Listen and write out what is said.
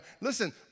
listen